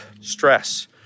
Stress